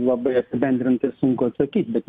labai apibendrintai sunku atsakyt bet